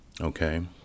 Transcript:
Okay